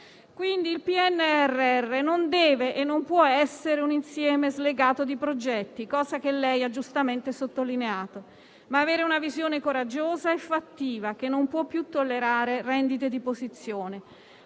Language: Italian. Quindi il PNRR non deve e non può essere un insieme slegato di progetti, cosa che lei ha giustamente sottolineato, ma deve avere una visione coraggiosa e fattiva, che non può più tollerare rendite di posizione: